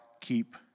keep